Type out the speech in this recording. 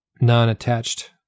non-attached